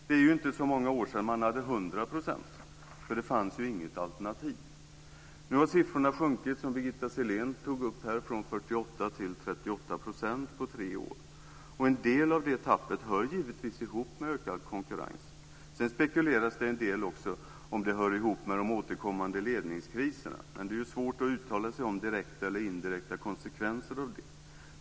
Det är inte så många år sedan man hade 100 %. Det fanns ju inget alternativ. Nu har siffrorna sjunkit, som Birgitta Sellén tog upp, från 48 till 38 % på tre år. En del av den minskningen hör givetvis ihop med ökad konkurrens. Sedan spekuleras det en del om det också hör ihop med de återkommande ledningskriserna, men det är ju svårt att uttala sig om direkta eller indirekta konsekvenser av det.